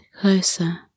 closer